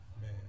Man